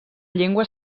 llengua